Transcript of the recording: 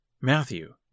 Matthew